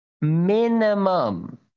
minimum